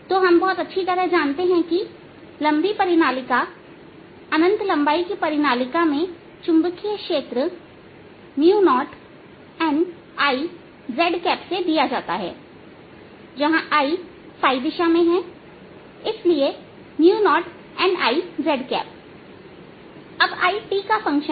तो हम बहुत अच्छी तरह जानते हैं की लंबी परिनालिकाअनंत लंबाई की परिनालिका में चुंबकीय क्षेत्र 0nI z से दिया जाता है जहां I ɸ दिशा में है इसलिए 0nI z अब I t का फंक्शन है